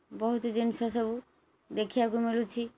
ବହୁତ ଜିନିଷ ସବୁ ଦେଖିବାକୁ ମିଳୁଛି